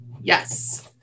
Yes